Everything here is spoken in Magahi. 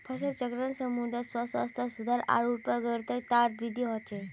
फसल चक्रण से मृदा स्वास्थ्यत सुधार आर उत्पादकतात वृद्धि ह छे